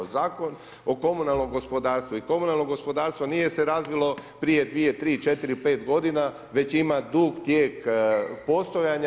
Zakon o komunalnom gospodarstvu i komunalno gospodarstvo nije se razvilo prije 2, 3, 4 ili 5 godina, već ima dug tijek postojanja.